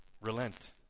Relent